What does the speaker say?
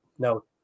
No